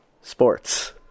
Sports